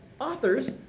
authors